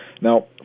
Now